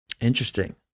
Interesting